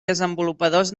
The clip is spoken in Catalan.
desenvolupadors